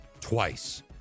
twice